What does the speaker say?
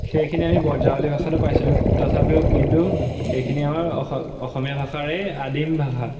সেইখিনি আমি বজ্ৰাৱলী ভাষাটো পাইছিলোঁ তথাপিও কিন্তু সেইখিনি আমাৰ অসম অসমীয়া ভাষাৰেই আদিম ভাষা